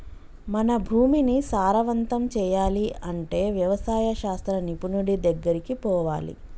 మన భూమిని సారవంతం చేయాలి అంటే వ్యవసాయ శాస్త్ర నిపుణుడి దెగ్గరికి పోవాలి